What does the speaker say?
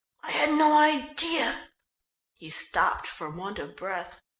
i had no idea he stopped for want of breath.